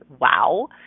Wow